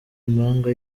impanga